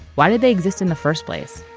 why did they exist in the first place?